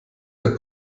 der